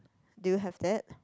do you have that